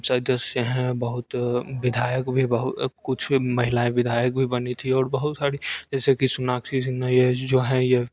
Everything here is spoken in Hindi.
सदस्य हैं बहुत बिधायक भी बहु कुछ महिलाएँ विधायक भी बनी थीं और बहुत सारी जैसे कि सोनाक्षी सिंह ये जो है ये